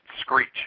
screech